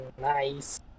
Nice